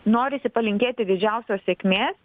norisi palinkėti didžiausios sėkmė